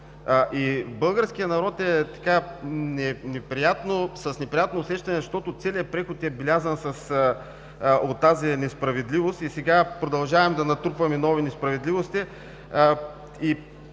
Българският народ е с неприятно усещане, защото целият преход е белязан от тази несправедливост и сега продължаваме да натрупваме нови несправедливости.